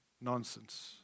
nonsense